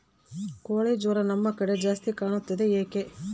ಕೋಳಿ ಜ್ವರ ನಮ್ಮ ಕಡೆ ಜಾಸ್ತಿ ಕಾಣುತ್ತದೆ ಏಕೆ?